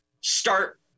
start